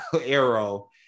arrow